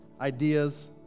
ideas